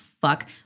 fuck